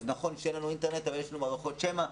נכון שאין לנו אינטרנט אבל יש לנו מערכות שמע,